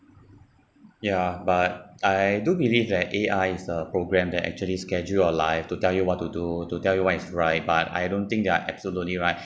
ya but I do believe that A_I is a programme that actually schedule our life to tell you what to do to tell you what is right but I don't think they're absolutely right